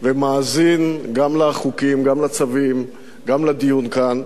ומאזין גם לחוקים, גם לצווים, גם לדיון כאן,